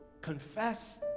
Confess